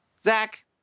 Zach